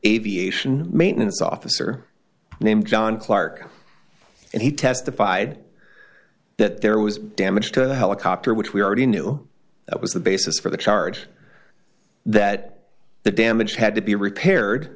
aviation maintenance officer named john clarke and he testified that there was damage to the helicopter which we already knew that was the basis for the charge that the damage had to be repaired